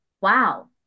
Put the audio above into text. wow